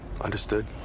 understood